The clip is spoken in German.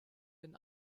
den